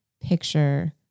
picture